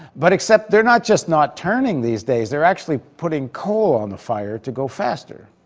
but except they're not just not turning these days they're actually putting coal on the fire to go faster.